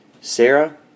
Sarah